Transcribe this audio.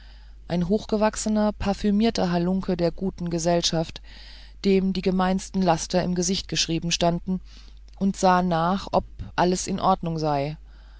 ein hochgewachsener parfümierter halunke der guten gesellschaft dem die gemeinsten laster im gesicht geschrieben standen und sah nach ob alles in ordnung sei